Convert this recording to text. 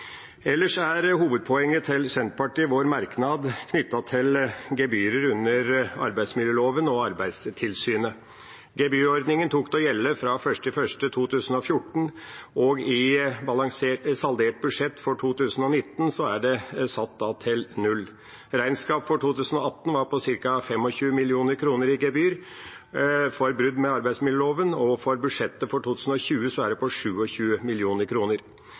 Ellers er hovedpoenget til Senterpartiet vår merknad knyttet til gebyrer under arbeidsmiljøloven og Arbeidstilsynet. Gebyrordningen tok til å gjelde fra 1. januar 2014, og i saldert budsjett for 2019 er posten satt til 0. Regnskapet for 2018 var på ca. 25 mill. kr i inntekter fra gebyr for brudd på arbeidsmiljøloven, og for budsjettet for 2020 er det på